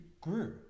grew